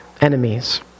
enemies